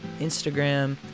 Instagram